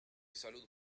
salud